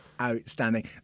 outstanding